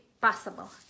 possible